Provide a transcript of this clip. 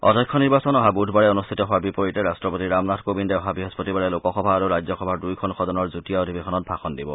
অধ্যক্ষ নিৰ্বাচন অহা বৃধবাৰে অনুষ্ঠিত হোৱাৰ বিপৰীতে ৰাষ্ট্ৰপতি ৰামনাথ কোবিন্দে অহা বৃহস্পতিবাৰে লোকসভা আৰু ৰাজ্যসভাৰ দুয়োখন সদনৰ যুটীয়া অধিৱেশনত ভাষন দিব